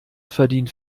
verdient